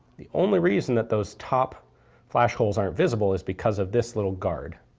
the only reason that those top flash holes aren't visible is because of this little guard,